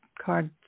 card